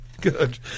Good